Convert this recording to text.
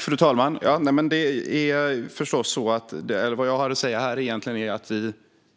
Fru talman! Vad jag hade att säga här var egentligen att vi